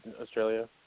Australia